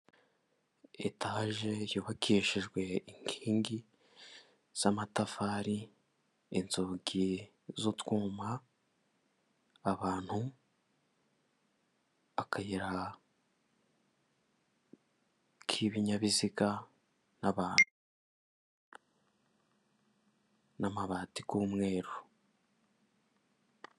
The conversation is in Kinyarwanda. Etaje yubakishijwe inkingi z'amatafari，inzugi z'utwuma， abantu ，akayira k'ibinyabiziga, n'abantu，n'amabati y'umweru.